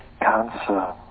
cancer